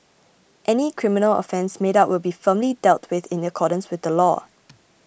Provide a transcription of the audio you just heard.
any criminal offence made out will be firmly dealt with in accordance with the law